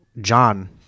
John